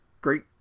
great